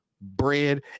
bread